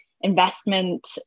investment